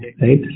right